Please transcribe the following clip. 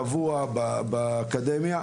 קבוע באקדמיה,